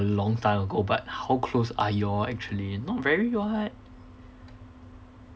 long time ago but how close are y'all actually not very [what]